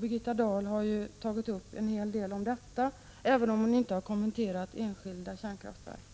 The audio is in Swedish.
Birgitta Dahl har sagt en hel del här i dag, men hon har inte kommenterat enskilda kärnkraftverk.